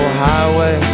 highway